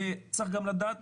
וצריך גם לדעת